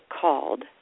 called